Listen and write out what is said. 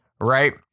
right